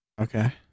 okay